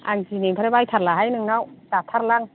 आं दिनैनिफ्राय बायथारलाहाय नोंनाव जाथारला आं